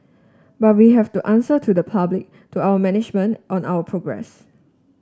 but we have to answer to the public to our management on our progress